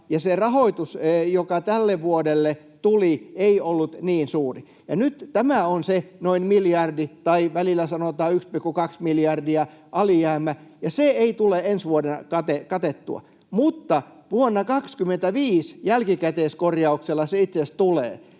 se rahoitus, joka tälle vuodelle tuli, ei ollut niin suuri. Ja tämä on nyt se noin miljardin — tai välillä sanotaan, että 1,2 miljardin — alijäämä, ja se ei tule ensi vuonna katettua, mutta vuonna 2025 jälkikäteiskorjauksella se itse asiassa tulee.